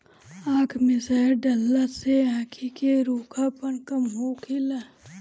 आँख में शहद डालला से आंखी के रूखापन कम होखेला